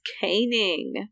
caning